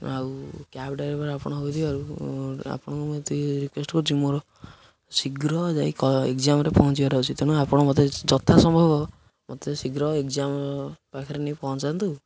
ଆଉ cab driver ଆପଣଙ୍କର ହୋଇଥିବାରୁ ଆପଣଙ୍କୁ ମୁଁ ଏତିକି ରିକ୍ୟେଏଷ୍ଟ କରୁଛି ମୋର ଶୀଘ୍ର ଯାଇ ଏଗ୍ଜାମରେ ପହଞ୍ଚିବାର ଅଛିି ତେଣୁ ଆପଣ ମୋତେ ଯଥା ସମ୍ଭବ ମୋତେ ଶୀଘ୍ର ଏଗ୍ଜାମ ପାଖରେ ନେଇ ପହଞ୍ଚାନ୍ତୁ